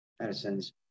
medicines